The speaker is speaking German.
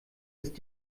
ist